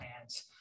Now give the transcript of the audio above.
plans